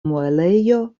muelejo